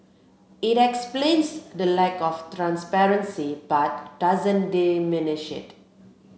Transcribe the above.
it explains the lack of transparency but doesn't diminish it